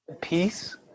Peace